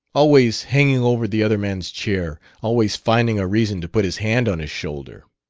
always hanging over the other man's chair always finding a reason to put his hand on his shoulder.